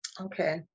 Okay